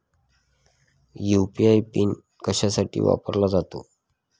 UPI PIN कशासाठी वापरला जातो?